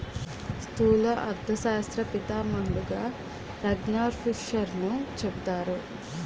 స్థూల అర్థశాస్త్ర పితామహుడుగా రగ్నార్ఫిషర్ను చెబుతారు